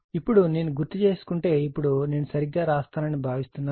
ఇప్పుడు నేను గుర్తుచేసుకుంటే ఇప్పుడు నేను సరిగ్గా వ్రాస్తానని భావిస్తున్నాను